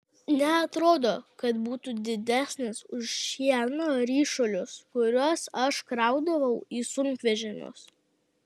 neatrodo kad būtų didesnis už šieno ryšulius kuriuos aš kraudavau į sunkvežimius